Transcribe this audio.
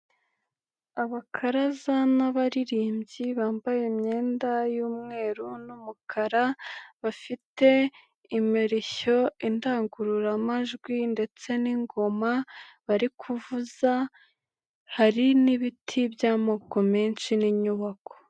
Abakaraza n'abaririmbyi bambaye imyenda y'umweru n'umukara bafite imirishyo, indangururamajwi ndetse n'ingoma bari kuvuza, hari n'ibiti by'amoko menshi n'inyubako.